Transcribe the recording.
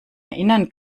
erinnern